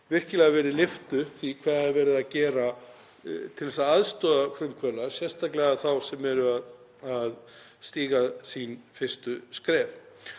virkilega verið lyft upp sem er verið að gera til að aðstoða frumkvöðla, sérstaklega þá sem eru að stíga sín fyrstu skref.